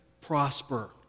prosper